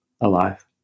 alive